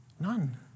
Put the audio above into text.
None